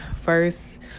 first